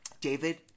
David